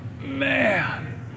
Man